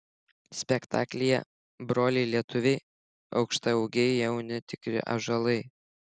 spektaklyje broliai lietuviai aukštaūgiai jauni tikri ąžuolai